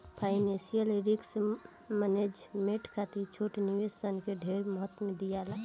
financial risk management खातिर छोट निवेश सन के ढेर महत्व दियाला